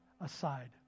aside